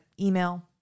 email